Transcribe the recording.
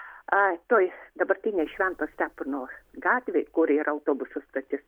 ai tuoj dabartinis švento stepono gatvėj kur yra autobusų stotis